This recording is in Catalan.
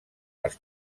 les